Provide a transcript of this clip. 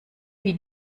wie